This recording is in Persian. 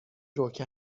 روکه